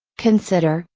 consider,